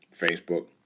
Facebook